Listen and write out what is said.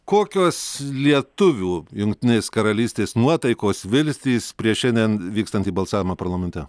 kokios lietuvių jungtinės karalystės nuotaikos viltys prieš šiandien vykstantį balsavimą parlamente